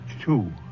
Two